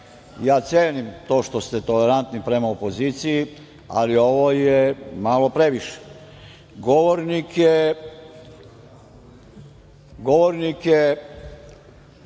ja cenim to što ste tolerantni prema opoziciji, ali ovo je malo previše. Govornik